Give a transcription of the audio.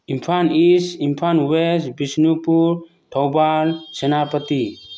Imphal is Imphal was Bishnupur Thoubal Senapati